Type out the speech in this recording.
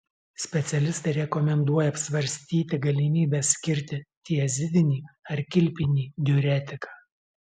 specialistai rekomenduoja apsvarstyti galimybę skirti tiazidinį ar kilpinį diuretiką